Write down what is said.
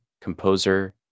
composer